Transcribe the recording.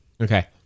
Okay